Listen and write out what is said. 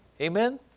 Amen